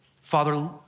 Father